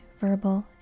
verbal